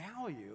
value